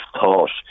thought